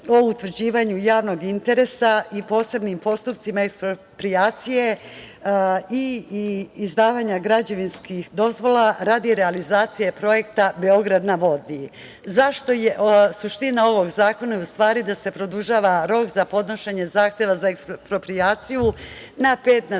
o utvrđivanju javnog interesa i posebnim postupcima eksproprijacije i izdavanja građevinskih dozvola radi realizacije projekta „Beograd na vodi“.Suština ovog zakona je da se produžava rok za podnošenje zahteva za eksproprijaciju na